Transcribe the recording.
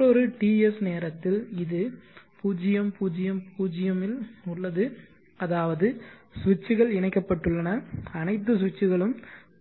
மற்றொரு TS நேரத்தில் இது 0 0 0 ல் உள்ளது அதாவது சுவிட்சுகள் இணைக்கப்பட்டுள்ளன அனைத்து சுவிட்சுகளும்